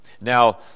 Now